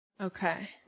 Okay